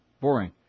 Boring